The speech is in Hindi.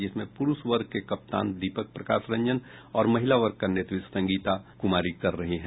जिसमें पुरूष वर्ग के कप्तान दीपक प्रकाश रंजन और महिला वर्ग का नेतृत्व संगीता कुमार कर रही हैं